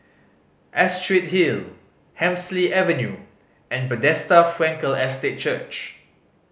Astrid Hill Hemsley Avenue and Bethesda Frankel Estate Church